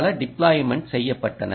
பல டிப்ளாய்மென்ட் செய்யப்பட்டன